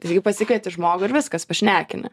visgi pasikvieti žmogų ir viskas pašnekini